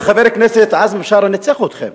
שחבר הכנסת עזמי בשארה ניצח אתכם